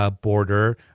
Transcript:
border